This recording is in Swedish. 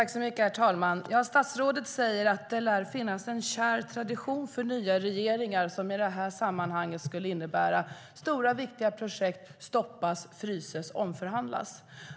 Herr talman! Statsrådet säger att det lär finnas en kär tradition för nya regeringar. I det här sammanhanget skulle det innebära att stora och viktiga projekt stoppas, fryses och omförhandlas.